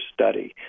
study